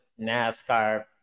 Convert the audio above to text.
NASCAR